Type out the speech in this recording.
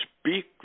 speak